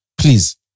Please